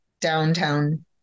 downtown